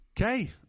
Okay